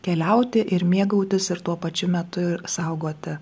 keliauti ir mėgautis ir tuo pačiu metu i saugoti gamtą